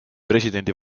presidendi